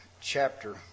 chapter